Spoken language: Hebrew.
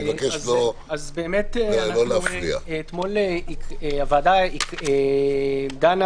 אתמול הוועדה דנה